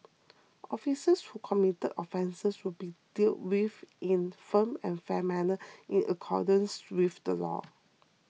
officers who commit offences will be dealt with in a firm and fair manner in accordance with the law